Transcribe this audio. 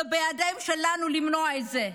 זה בידינו למנוע את זה.